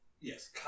yes